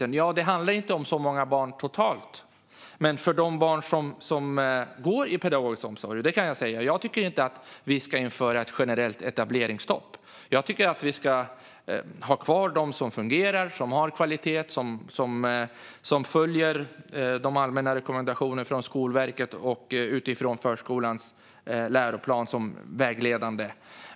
Det handlar visserligen inte om så många barn totalt sett, men det är viktigt för de barn som går i pedagogisk omsorg. Jag tycker inte att vi ska införa ett generellt etableringsstopp, utan jag tycker att vi ska ha kvar dem som fungerar, har bra kvalitet och som följer Skolverkets allmänna rekommendationer där förskolans läroplan är vägledande.